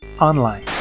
online